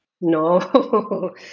No